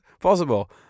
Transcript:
possible